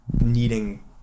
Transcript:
needing